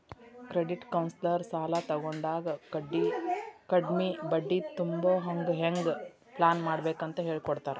credit counsellor ಸಾಲಾ ತಗೊಂಡಾಗ ಕಡ್ಮಿ ಬಡ್ಡಿ ತುಂಬೊಹಂಗ್ ಹೆಂಗ್ ಪ್ಲಾನ್ಮಾಡ್ಬೇಕಂತ್ ಹೆಳಿಕೊಡ್ತಾರ